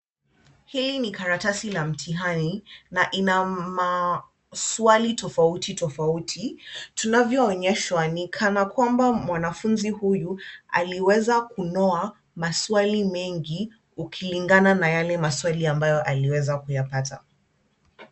Hii ni karatasi la mtihani na ina maswali tofauti tofauti. Tunavyoonyeshwa ni kana kwamba mwanafunzi huyu aliweza kunoa maswali mengi, ukilingana na yale maswali ambayo aliweza kuyapata.